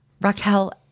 Raquel